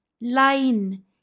line